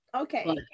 Okay